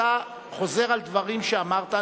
אתה חוזר על דברים שאמרת.